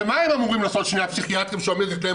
ומה הם אמורים לעשות שני הפסיכיאטרים כשעומדת להם